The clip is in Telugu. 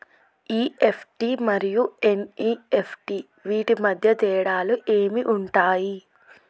ఇ.ఎఫ్.టి మరియు ఎన్.ఇ.ఎఫ్.టి వీటి మధ్య తేడాలు ఏమి ఉంటాయి?